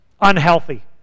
Unhealthy